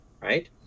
right